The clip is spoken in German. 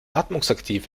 atmungsaktiv